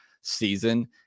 season